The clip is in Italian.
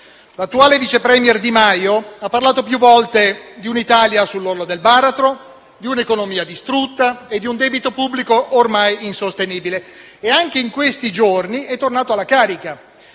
L'attuale vice *premier* Di Maio ha parlato più volte di un'Italia sull'orlo del baratro, di un'economia distrutta e di un debito pubblico ormai insostenibile. Anche in questi giorni è tornato alla carica